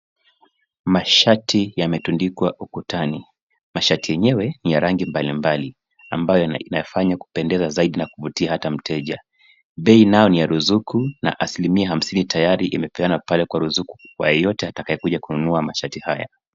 Mashati yametundikwa ukutani. Mashati yenyewe ni ya rangi mbalimbali ambayo inafanya kupendeza zaidi na kuvutia hata mteja. Bei nayo ni ya ruzuku na asilimia hamsini tayari imepeanwa pale kwa ruzuku kwa yeyote atakayekuja kununua mashati haya.